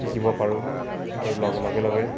শিকিব পাৰোঁ আৰু লগ লগে লগে